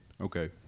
Okay